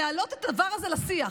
להעלות את הדבר הזה לשיח?